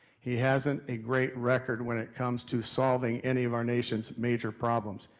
he hasn't a great record when it comes to solving any of our nation's major problems.